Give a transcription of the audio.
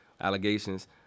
allegations